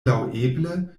laŭeble